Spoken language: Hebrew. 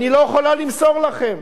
אני לא יכולה למסור לכם,